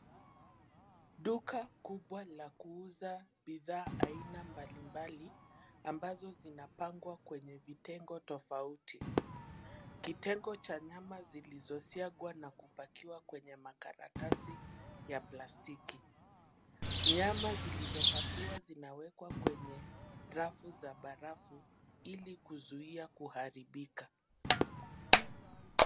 Duka kubwa la kuuza bidhaa aina mbali mbali, ambazo zinapangwa kwenye vitengo tofauti. Kitengo cha nyama zilizosiagwa na kupakiwa kwenye makaratasi ya plastiki. Nyama zilizopakiwa zinawekwa kwenye rafu za barafu, ili kuzuia kuharibika.